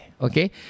Okay